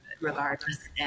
regardless